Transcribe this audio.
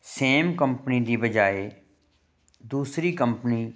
same company ਦੀ ਬਜਾਏ ਦੂਸਰੀ ਕੰਪਨੀ